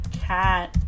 cat